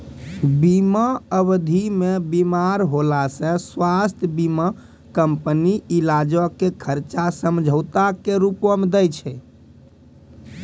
बीमा अवधि मे बीमार होला से स्वास्थ्य बीमा कंपनी इलाजो के खर्चा समझौता के रूपो मे दै छै